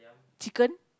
chicken